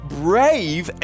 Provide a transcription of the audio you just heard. brave